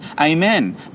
amen